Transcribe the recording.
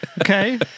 Okay